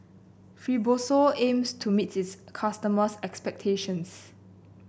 fibrosol aims to meet its customers' expectations